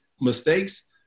mistakes